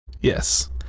yes